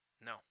No